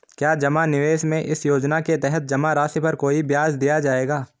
क्या जमा निवेश में इस योजना के तहत जमा राशि पर कोई ब्याज दिया जाएगा?